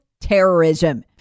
terrorism